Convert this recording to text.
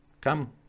come